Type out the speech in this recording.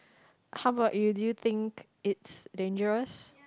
how about you do you think it's dangerous